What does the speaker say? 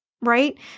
right